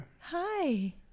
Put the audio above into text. Hi